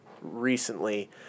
recently